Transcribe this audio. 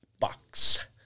Box